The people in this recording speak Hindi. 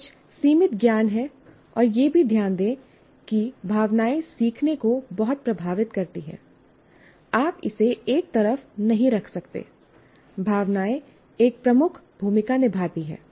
कुछ सीमित ज्ञान है और यह भी ध्यान दें कि भावनाएं सीखने को बहुत प्रभावित करती हैं आप इसे एक तरफ नहीं रख सकते भावनाएं एक प्रमुख भूमिका निभाती हैं